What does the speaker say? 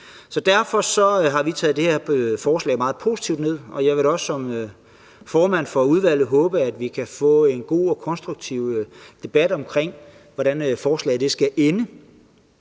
Så derfor har vi taget det her forslag meget positivt ned, og jeg vil da også som formand for udvalget håbe, at vi kan få en god og konstruktiv debat om, hvordan forslaget skal ende.